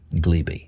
Glebe